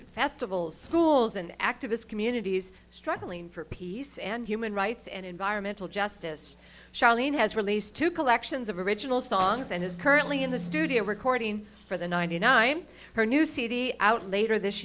at festivals schools and activists communities struggling for peace and human rights and environmental justice charlene has released two collections of original songs and is currently in the studio recording for the ninety nine her new cd out later this